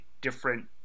different